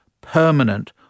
permanent